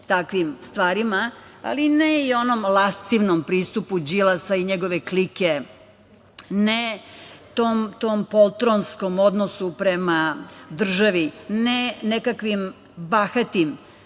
takvih stvarima, ali ne i onom lascivnom pristupu Đilasa i njegove klike, ne tom poltronskom odnosu prema državi, ne nekakvim bahatim